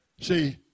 See